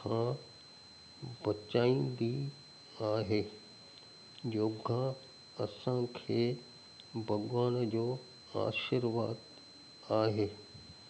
खां बचाईंदी आहे योगा असांखे भॻवान जो आशीर्वाद आहे